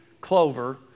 clover